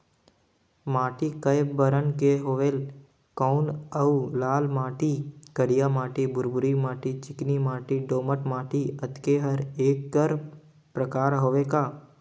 माटी कये बरन के होयल कौन अउ लाल माटी, करिया माटी, भुरभुरी माटी, चिकनी माटी, दोमट माटी, अतेक हर एकर प्रकार हवे का?